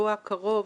שבשבוע הקרוב,